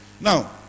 now